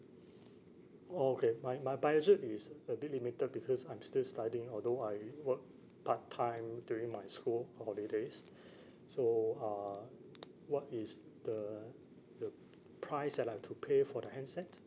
oh okay my my budget is a bit limited because I'm still studying although I work part time during my school holidays so uh what is the the price that I've to pay for the handset